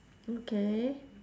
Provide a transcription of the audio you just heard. okay